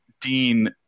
Dean